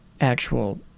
actual